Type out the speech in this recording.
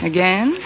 Again